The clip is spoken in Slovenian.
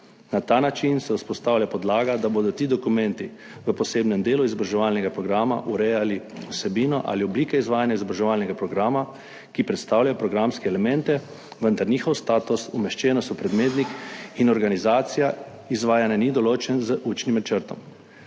Na ta način se vzpostavlja podlaga, da bodo ti dokumenti v posebnem delu izobraževalnega programa urejali vsebino ali oblike izvajanja izobraževalnega programa, ki predstavljajo programske elemente, vendar njihov status, umeščenost v predmetnik in organizacija izvajanja ni določena z učnim načrtom,